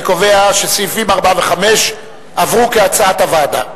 אני קובע שסעיפים 4 ו-5 עברו כהצעת הוועדה.